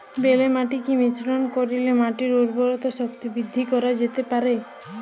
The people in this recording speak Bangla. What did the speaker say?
বেলে মাটিতে কি মিশ্রণ করিলে মাটির উর্বরতা শক্তি বৃদ্ধি করা যেতে পারে?